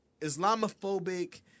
Islamophobic